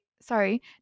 sorry